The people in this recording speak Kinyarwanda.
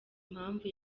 impamvu